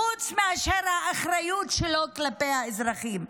חוץ מאשר על האחריות שלו כלפי האזרחים.